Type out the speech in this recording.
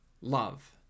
love